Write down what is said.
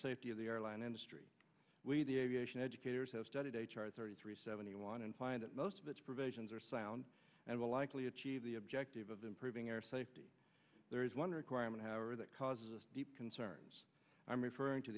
the airline industry the aviation educators have studied h r thirty three seventy one and find that most of its provisions are sound and will likely achieve the objective of improving our safety there is one requirement however that causes us deep concerns i'm referring to